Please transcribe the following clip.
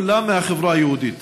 כולם מהחברה היהודית.